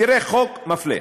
תראה חוק מפלה.